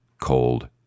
cold